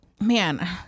man